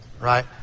right